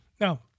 Now